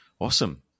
Awesome